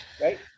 right